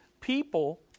people